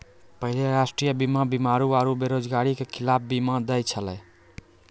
पहिले राष्ट्रीय बीमा बीमारी आरु बेरोजगारी के खिलाफ बीमा दै छलै